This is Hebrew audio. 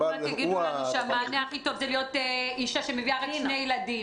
עוד מעט יגידו לנו שהמענה הכי טוב זה להיות אישה שמביאה רק שני ילדים.